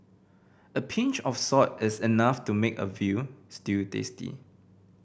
a pinch of salt is enough to make a veal stew tasty